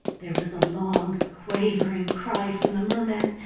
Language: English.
there was a long, quavering cry from the mermen,